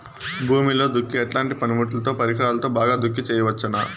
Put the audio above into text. భూమిలో దుక్కి ఎట్లాంటి పనిముట్లుతో, పరికరాలతో బాగా దుక్కి చేయవచ్చున?